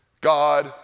God